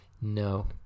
No